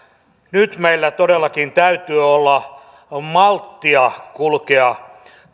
nyt meillä todellakin täytyy olla malttia kulkea